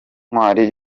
ntwari